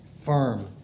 firm